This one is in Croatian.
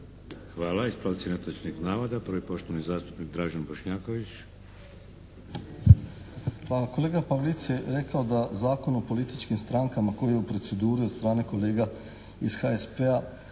Hvala. Ispravci netočnih navoda. Prvi poštovani zastupnik Dražen Bošnjaković. **Bošnjaković, Dražen (HDZ)** Pa kolega Pavlic je rekao da Zakon o političkim strankama koji je u proceduri od strane kolega iz HSP-a